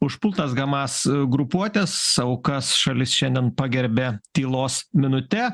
užpultas hamas grupuotės aukas šalis šiandien pagerbė tylos minute